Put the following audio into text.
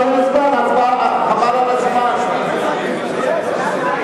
הממשלה מבקשת הצבעה שמית, ההצבעה תהיה שמית.